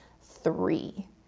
three